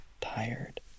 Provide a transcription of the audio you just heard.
tired